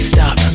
Stop